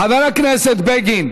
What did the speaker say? חבר הכנסת בגין,